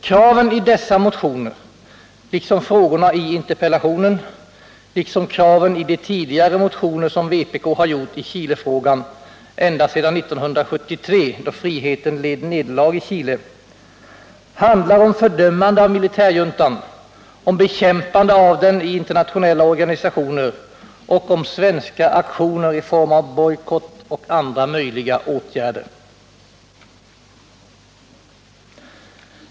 Kraven i dessa motioner, liksom frågorna i interpellationen och kraven i de tidigare motioner som vpk har väckt i Chilefrågan ända sedan 1973 då friheten led nederlag i Chile, handlar om fördömande av militärjuntan, om bekämpande av denna i internationella organisationer och om svenska aktioner i form av bojkott och andra möjliga åtgärder.